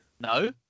No